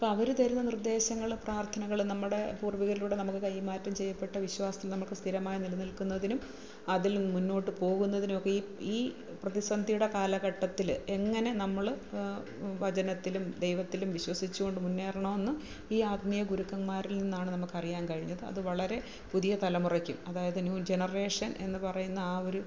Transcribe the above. അപ്പം അവര് തരുന്ന നിർദ്ദേശങ്ങളും പ്രാർത്ഥനകളും നമ്മുടെ പൂർവ്വികരിലൂടെ നമുക്ക് കൈമാറ്റം ചെയ്യപ്പെട്ട വിശ്വാസത്തിൽ നമുക്ക് സ്ഥിരമായി നിലനിൽക്കുന്നതിനും അതിൽ നിന്ന് മുന്നോട്ട് പോകുന്നതിനു ഒക്കെ ഈ ഈ പ്രതിസന്ധിയുടെ കാലഘട്ടത്തില് എങ്ങനെ നമ്മള് വചനത്തിലും ദൈവത്തിലും വിശ്വസിച്ചുകൊണ്ട് മുന്നേറണമെന്ന് ഈ ആത്മീയ ഗുരുക്കന്മാരിൽ നിന്നാണ് നമുക്ക് അറിയാൻ കഴിഞ്ഞത് അത് വളരെ പുതിയ തലമുറയ്ക്കും അതായത് ന്യൂ ജനറേഷൻ എന്ന് പറയുന്ന ആ ഒരു